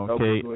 Okay